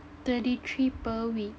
thirty three per week